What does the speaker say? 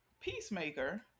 peacemaker